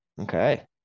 okay